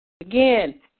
Again